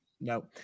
No